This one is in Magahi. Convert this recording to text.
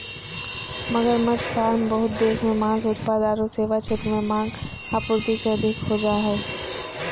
मगरमच्छ फार्म बहुत देश मे मांस उत्पाद आरो सेवा क्षेत्र में मांग, आपूर्ति से अधिक हो जा हई